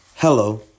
Hello